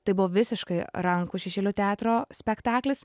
tai buvo visiškai rankų šešėlių teatro spektaklis